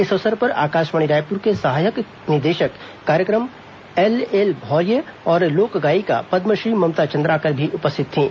इस अवसर े पर आकाशवाणी रायपुर के सहायक निदेशक कार्यक्रम एलएल भौर्य और लोक गायिका पदमश्री ममता चंद्राकर भी उपस्थित थीं